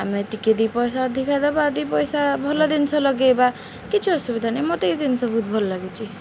ଆମେ ଟିକେ ଦୁଇ ପଇସା ଅଧିକା ଦେବା ଦୁଇ ପଇସା ଭଲ ଜିନିଷ ଲଗାଇବା କିଛି ଅସୁବିଧା ନାହିଁ ମୋତେ ଏହି ଜିନିଷ ବହୁତ ଭଲ ଲାଗିଛି